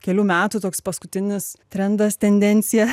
kelių metų toks paskutinis trendas tendencija